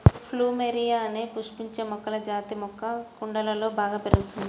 plumeria అనే పుష్పించే మొక్కల జాతి మొక్క కుండలలో బాగా పెరుగుతుంది